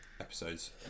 episodes